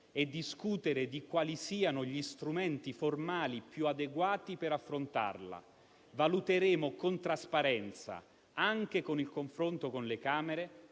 è discutere di quali siano gli strumenti formali più adeguati per affrontarla. Valuteremo con trasparenza - anche con il confronto con le Camere